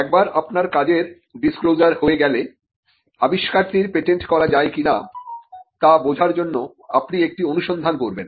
একবার আপনার কাজের ডিসক্লোজার হয়ে গেলে আবিষ্কারটির পেটেন্ট করা যায় কিনা তা বোঝার জন্য আপনি একটি অনুসন্ধান করবেন